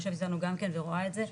יושבת איתנו גם כן ורואה את זה,